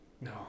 No